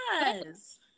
Yes